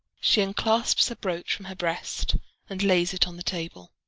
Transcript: she unclasps a brooch from her breast and lays it on the table.